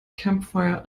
campfire